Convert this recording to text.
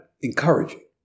encouraging